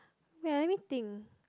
wait ah let me think